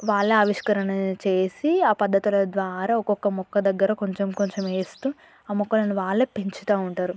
వాళ్ళ ఆవిష్కరణ చేసి ఆ పద్ధతుల ద్వారా ఒక్కొక్క మొక్క దగ్గర కొంచెం కొంచెం వేస్తూ ఆ మొక్కలను వాళ్ళే పెంచుతా ఉంటారు